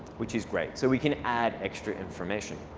which is great. so we can add extra information.